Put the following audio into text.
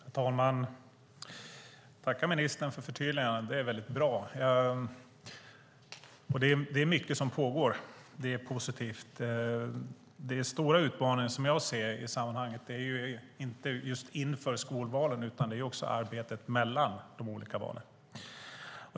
Herr talman! Jag tackar ministern för förtydligandet; det är väldigt bra. Det är mycket som pågår, och det är positivt. Den stora utmaning som jag ser i sammanhanget är inte just inför skolvalen utan arbetet mellan de olika valen.